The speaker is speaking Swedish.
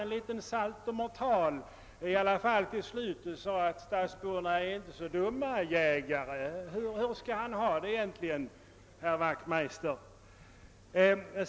Men herr Wachtmeister gjorde en saltomortal till slut och sade att stadsborna inte är så dumma jägare i alla fall. Hur skall herr Wachtmeister egentligen ha det?